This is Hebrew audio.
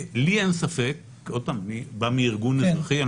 לי אין ספק ואני בא מארגון אזרחי,